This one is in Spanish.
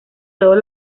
todos